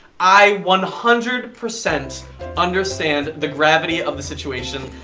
i one hundred percent understand the gravity of the situation.